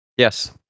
yes